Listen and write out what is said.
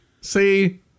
See